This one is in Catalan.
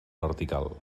vertical